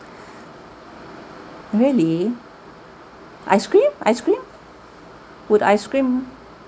really ice cream ice cream would ice cream